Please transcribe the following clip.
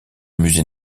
musée